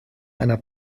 einer